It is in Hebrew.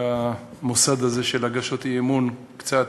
שהמוסד הזה של הגשות אי-אמון קצת,